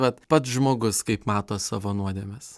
vat pats žmogus kaip mato savo nuodėmes